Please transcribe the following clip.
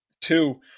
two